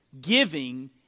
Giving